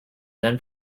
then